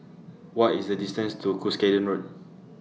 What IS The distance to Cuscaden Road